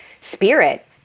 spirit